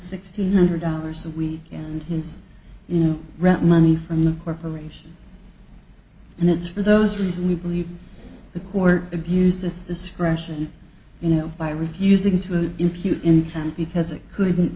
sixteen hundred dollars a week and his you know rent money from the corporation and it's for those reasons we believe the court abused its discretion you know by refusing to impute income because it could